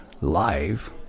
live